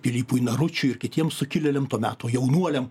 pilypui naručiui ir kitiem sukilėliam to meto jaunuoliam